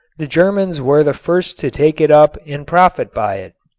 the germans were the first to take it up and profit by it.